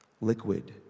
liquid